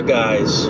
guys